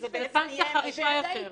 זה סנקציה חריפה יותר.